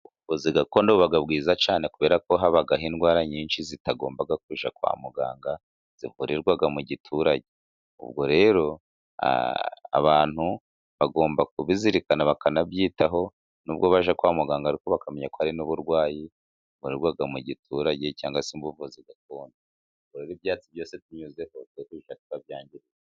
Ubavuzi gakondo buba bwiza cyane kubera ko habaho indwara nyinshi zitagomba kujya kwa muganga zivurirwa mu giturage. Ubwo rero abantu bagomba kubizirikana bakanabyitaho n'ubwo bajya kwa muganga ariko bakamenya ko hari n'uburwayi buvurirwa mu giturage cyangwa se ubuvuzi gakundo, ubwo rero ibyatsi byose binyuze ntabwo twabyangiza.